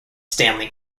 stanley